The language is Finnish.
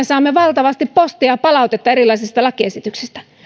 saamme valtavasti postia palautetta erilaisista lakiesityksistä